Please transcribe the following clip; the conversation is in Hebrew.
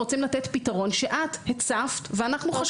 רוצים לתת פתרון שאת הצפת ואנחנו חשבנו.